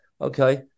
okay